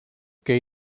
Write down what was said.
que